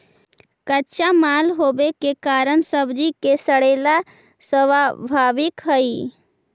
कच्चा माल होवे के कारण सब्जि के सड़ेला स्वाभाविक हइ